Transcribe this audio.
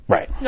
Right